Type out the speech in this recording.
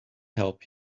help